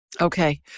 Okay